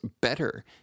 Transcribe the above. better